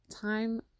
time